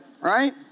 right